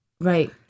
Right